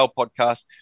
podcast